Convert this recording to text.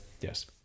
yes